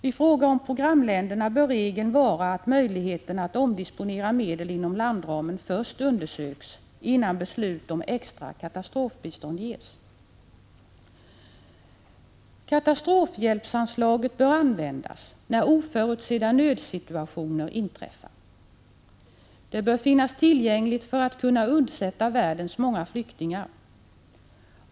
I fråga om programländerna bör regeln vara att möjligheterna att omdisponera medel inom landramen undersöks, innan beslut om extra katastrofbistånd fattas. Katastrofhjälpsanslaget bör användas när oförutsedda nödsituationer inträffar. Det bör finnas tillgängligt för att undsätta världens många flyktingar.